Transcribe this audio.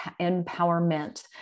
empowerment